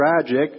tragic